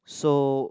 so